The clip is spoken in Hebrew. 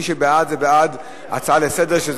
מי שבעד זה בעד הצעה לסדר-היום,